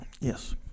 Yes